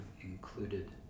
included